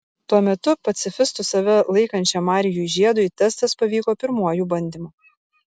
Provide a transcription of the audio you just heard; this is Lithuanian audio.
tuo metu pacifistu save laikančiam marijui žiedui testas pavyko pirmuoju bandymu